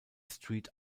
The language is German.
street